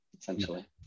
essentially